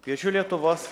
kviečiu lietuvos